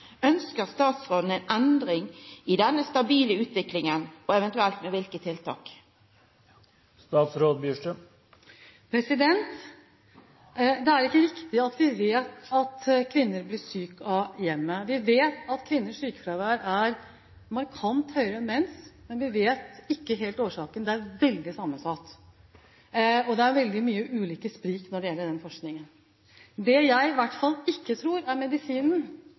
statsråden ei endring i denne stabile utviklinga, eventuelt med kva tiltak? Det er ikke riktig at vi vet at kvinner blir syke av hjemmet. Vi vet at kvinners sykefravær er markant høyere enn menns, men vi vet ikke helt årsaken. Det er veldig sammensatt, og det er veldig mye sprik i den forskningen. Det jeg i hvert fall ikke tror er medisinen,